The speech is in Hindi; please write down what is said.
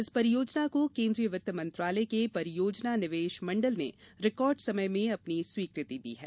इस परियोजना को केन्द्रीय वित्त मंत्रालय के परियोजना निवेशक मंडल ने रिकार्ड समय में अपनी स्वीकृति दी है